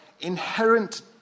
inherent